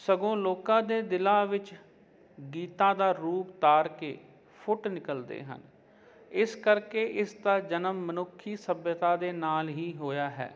ਸਗੋਂ ਲੋਕਾਂ ਦੇ ਦਿਲਾਂ ਵਿੱਚ ਗੀਤਾਂ ਦਾ ਰੂਪ ਧਾਰ ਕੇ ਫੁੱਟ ਨਿਕਲਦੇ ਹਨ ਇਸ ਕਰਕੇ ਇਸ ਦਾ ਜਨਮ ਮਨੁੱਖੀ ਸੱਭਿਅਤਾ ਦੇ ਨਾਲ ਹੀ ਹੋਇਆ ਹੈ